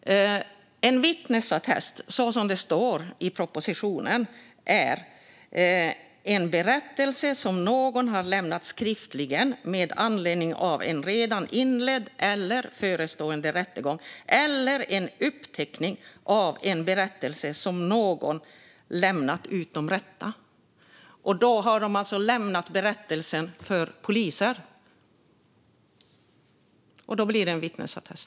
Fru talman! En vittnesattest, så som det står i propositionen, är en berättelse som någon har lämnat skriftligen med anledning av en redan inledd eller förestående rättegång, eller en uppteckning av en berättelse som någon lämnat utom rätta. Då har de alltså lämnat berättelsen inför polisen, och då blir det en vittnesattest.